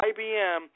IBM